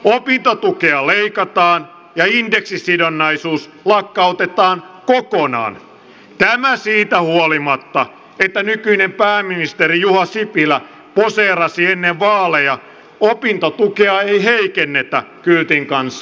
opintotukea leikataan ja indeksisidonnaisuus lakkautetaan kokonaan tämä siitä huolimatta että nykyinen pääministeri juha sipilä poseerasi ennen vaaleja opintotukea ei heikennetä kyltin kanssa